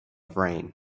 brain